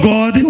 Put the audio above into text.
God